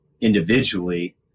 individually